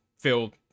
filled